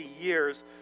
years